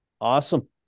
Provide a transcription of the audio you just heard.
Awesome